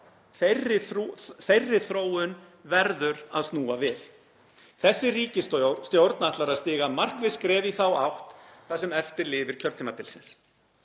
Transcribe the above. Þeirri þróun verður að snúa við. Þessi ríkisstjórn ætlar að stíga markviss skref í þá átt það sem eftir lifir kjörtímabilsins.